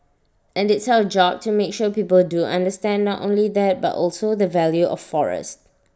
and it's our job to make sure people do understand not only that but also the value of forest